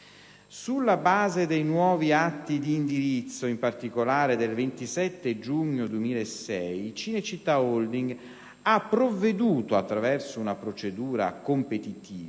Sulla base dei nuovi atti di indirizzo, in particolare del 27 giugno 2006, Cinecittà Holding ha provveduto, attraverso una procedura competitiva,